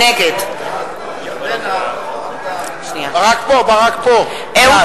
נגד גילה גמליאל, בעד מסעוד